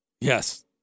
Yes